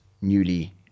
newly